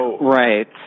Right